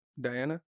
Diana